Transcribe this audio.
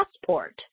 passport